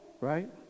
Right